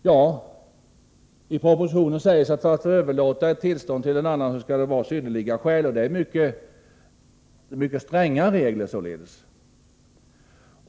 Ja, i propositionen sägs att det krävs synnerliga skäl för att man får överlåta ett tillstånd till en annan. Det är således mycket stränga regler som föreslås.